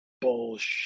Bullshit